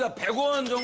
ah pick one,